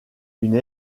une